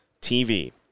TV